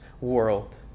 world